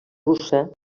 russa